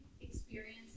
experience